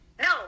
No